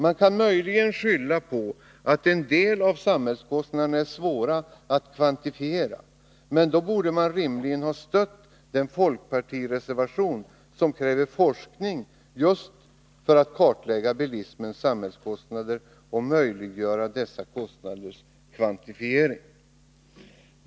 Man kan möjligen skylla på att en del av samhällskostnaderna är svåra att kvantifiera — men då borde man rimligen ha stött den folkpartimotion som kräver forskning just för att kartlägga bilismens samhällskostnader och möjliggöra dessa kostnaders kvantifiering.